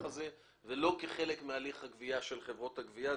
הזה ולא כחלק מהליך הגבייה של חברות הגבייה.